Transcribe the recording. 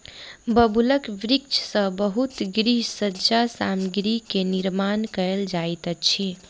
बबूलक वृक्ष सॅ बहुत गृह सज्जा सामग्री के निर्माण कयल जाइत अछि